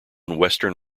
western